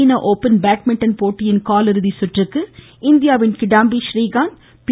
சீன open badminton போட்டியின் காலிறுதிசுற்றுக்கு இந்தியாவின் கிடாம்பி றீகாந்த் பி